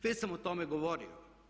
Već sam o tome govorio.